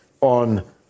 on